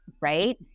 right